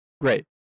great